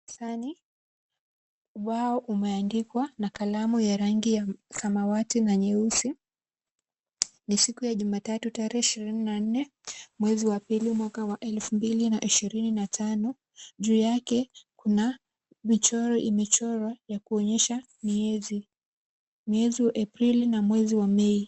Darasani, ubao umeandikwa na kalamu ya rangi ya samawati na nyeusi. Ni siku ya jumatatu tarehe 24/02/2025. Juu yake kuna michoro imechorwa ya kuonyesha miezi. Mwezi wa Aprili na mwezi wa Mei.